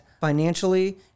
financially